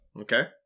Okay